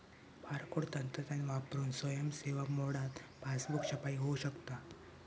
barcode तंत्रज्ञान वापरून स्वयं सेवा मोडात पासबुक छपाई होऊ शकता